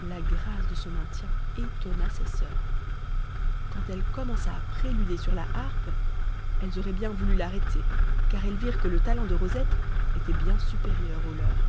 la grâce de son maintien étonna ses soeurs quand elle commença à préluder sur la harpe elles auraient bien voulu l'arrêter car elles virent que le talent de rosette était bien supérieur au leur